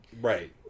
Right